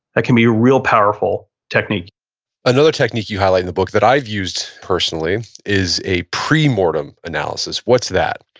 that can be a real powerful technique another technique you highlight in the book that i've used personally is a pre-mortem analysis. what's that?